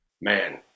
Man